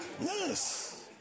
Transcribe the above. Yes